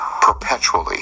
perpetually